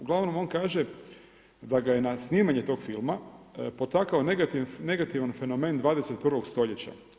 Uglavnom on kaže, da ga je na snimanje tog filma potakao negativna fenomen 21. stoljeća.